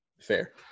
Fair